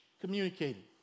communicating